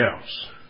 else